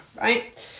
right